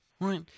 Right